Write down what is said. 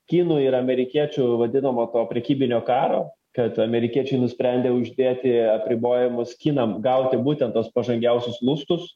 kinų ir amerikiečių vadinamo to prekybinio karo kad amerikiečiai nusprendė uždėti apribojimus kinam gauti būtent tuos pažangiausius lustus